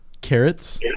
carrots